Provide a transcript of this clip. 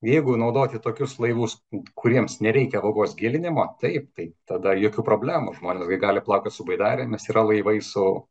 jeigu naudoti tokius laivus kuriems nereikia vagos gilinimo taip tai tada jokių problemų žmonės gi gali plaukiot su baidarėmis yra laivai su